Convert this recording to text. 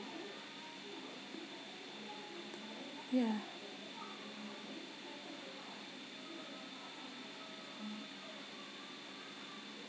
ya